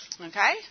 okay